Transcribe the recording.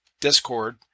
Discord